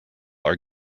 are